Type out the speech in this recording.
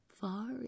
far